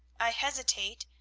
i hesitate,